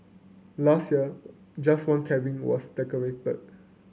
last year just one cabin was decorated